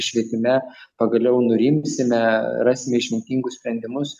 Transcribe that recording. švietime pagaliau nurimsime rasime išmintingus sprendimus